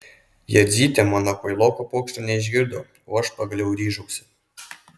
jadzytė mano kvailoko pokšto neišgirdo o aš pagaliau ryžausi